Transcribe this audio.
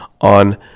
on